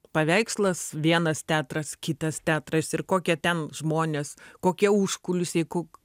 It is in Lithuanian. paveikslas vienas teatras kitas teatras ir kokie ten žmonės kokie užkuliusiai kok